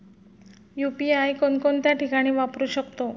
UPI कोणकोणत्या ठिकाणी वापरू शकतो?